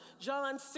John